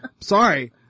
Sorry